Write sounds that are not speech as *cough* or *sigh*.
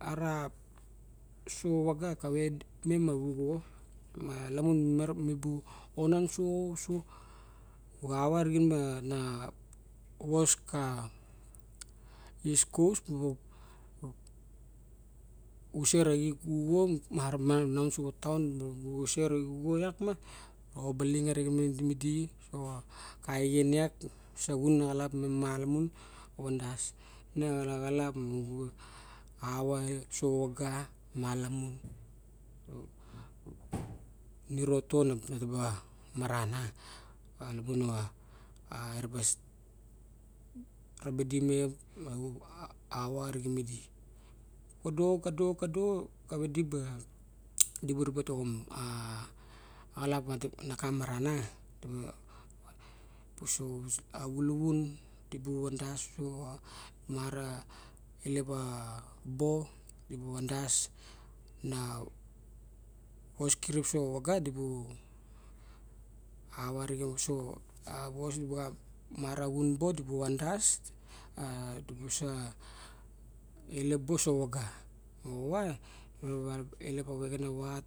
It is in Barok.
a vaga kave mem axuxo malamun mi bu o nan so- so ava arixen ma na vos ka eas cos *hesitation* xuse a xuxo iak miang obalin arixen midi, kado kado kado kava di *noise* di bu ribe toxom xalap noka maran. *hesitation* Avuluvu dibu vadas a di bu sa ilep bo soxo vaga. moxava di bu ma rava illep a vexenavat